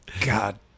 God